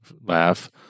laugh